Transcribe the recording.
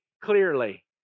clearly